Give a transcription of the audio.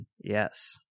Yes